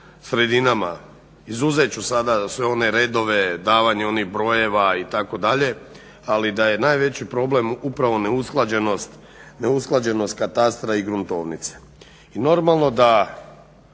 sredinama, izuzet ću sada sve one redove, davanje onih brojeva itd., ali da je najveći problem upravo neusklađenost katastra i gruntovnice. I normalno da